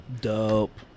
Dope